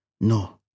No